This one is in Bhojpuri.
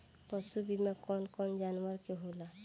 पशु बीमा कौन कौन जानवर के होला?